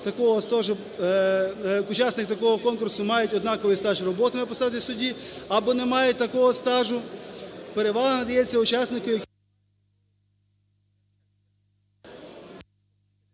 учасники такого конкурсу мають однаковий стаж роботи на посаді судді або не мають такого стажу, перевага надається учаснику…